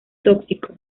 tóxico